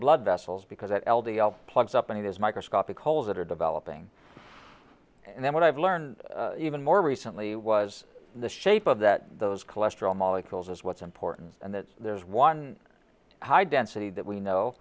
blood vessels because that l d l plugs up and there's microscopic holes that are developing and then what i've learned even more recently was the shape of that those cholesterol molecules is what's important and that's there's one high density that we know